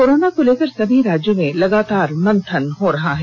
corona को लेकर सभी राज्यों में लगातार मंथन हो रहा है